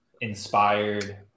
inspired